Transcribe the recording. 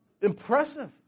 impressive